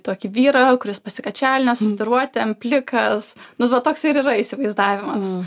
tokį vyrą kuris pasikačialinęs su tatuiruotėm plikas nu va toks ir yra įsivaizdavimas